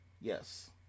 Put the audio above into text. Yes